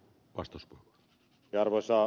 arvoisa puhemies